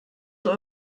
zur